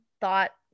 thought